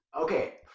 Okay